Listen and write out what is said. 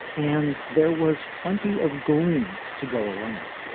and there was plenty of gloom to go around